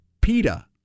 PETA